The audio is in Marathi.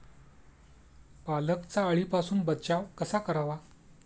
पालकचा अळीपासून बचाव कसा करावा?